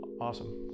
Awesome